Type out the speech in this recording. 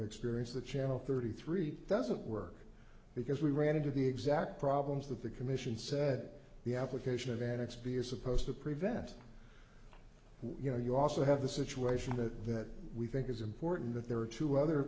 experience that channel thirty three doesn't work because we ran into the exact problems that the commission said the application of an experience opposed to prevent what you know you also have the situation that we think is important that there are two other